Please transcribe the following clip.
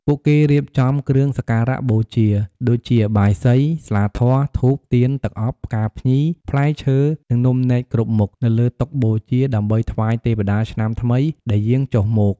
ពួកគេរៀបចំ គ្រឿងសក្ការៈបូជា ដូចជា បាយសី ស្លាធម៌ ធូប ទៀន ទឹកអប់ ផ្កាភ្ញី ផ្លែឈើ និងនំនែកគ្រប់មុខ នៅលើតុបូជា ដើម្បីថ្វាយទេវតាឆ្នាំថ្មីដែលយាងចុះមក។